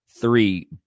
three